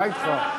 מה אתך?